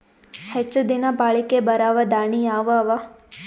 ಹೆಚ್ಚ ದಿನಾ ಬಾಳಿಕೆ ಬರಾವ ದಾಣಿಯಾವ ಅವಾ?